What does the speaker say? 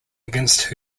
against